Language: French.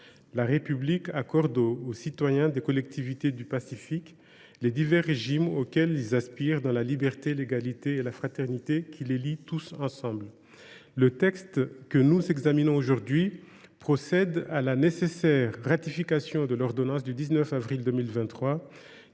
La République accorde aux citoyens des collectivités du Pacifique les divers régimes auxquels ils aspirent dans la liberté, l’égalité et la fraternité qui les lient tous ensemble. Le texte que nous examinons aujourd’hui procède à la nécessaire ratification de l’ordonnance du 19 avril 2023